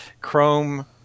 chrome